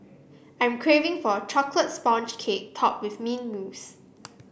I'm craving for a chocolate sponge cake topped with mint mousse